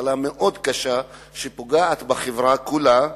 מחלה שפוגעת בחברה כולה,